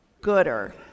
gooder